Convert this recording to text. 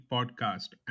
Podcast